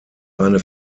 eine